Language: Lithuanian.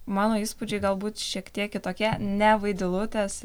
mano įspūdžiai galbūt šiek tiek kitokie ne vaidilutės